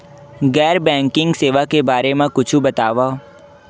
गैर बैंकिंग सेवा के बारे म कुछु बतावव?